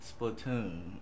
splatoon